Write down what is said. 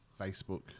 Facebook